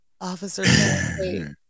Officer